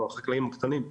אנחנו חקלאים קטנים,